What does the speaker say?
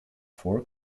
four